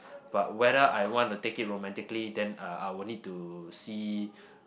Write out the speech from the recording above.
but whether I want to take it romantically then uh I will need to see